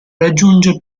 raggiunge